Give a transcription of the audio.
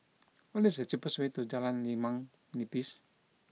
what is the cheapest way to Jalan Limau Nipis